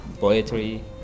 Poetry